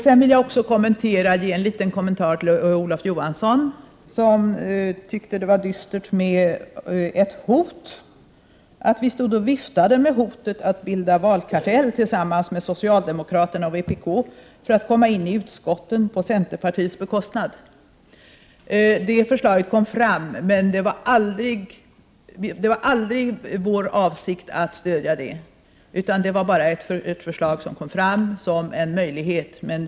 Sedan vill jag också ge en liten kommentar till Olof Johansson, som tyckte att det var dystert att vi stod och viftade med hotet att bilda valkartell tillsammans med socialdemokraterna och vpk för att komma in i utskotten på centerns bekostnad. Det förslaget lades fram, som en möjlighet, men det var aldrig vår avsikt att stödja det.